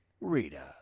Rita